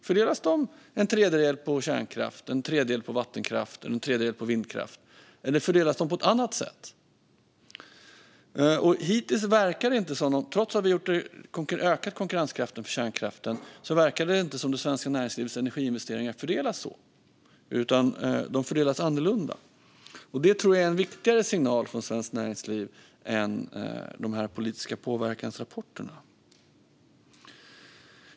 Fördelas de med en tredjedel på kärnkraft, en tredjedel på vattenkraft och en tredjedel på vindkraft, eller fördelas de på ett annat sätt? Trots att vi har ökat konkurrenskraften för kärnkraften verkar det inte som att det svenska näringslivets energiinvesteringar fördelas så, utan att de fördelas annorlunda. Det tror jag är en viktigare signal från Svenskt Näringsliv än de politiska påverkansrapporterna.